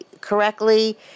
correctly